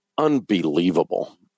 unbelievable